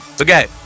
Okay